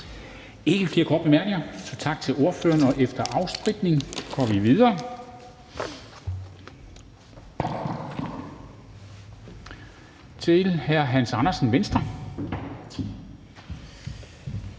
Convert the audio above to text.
ikke flere korte bemærkninger, så tak til ordføreren. Og efter afspritning går vi videre til hr. Hans Andersen, Venstre.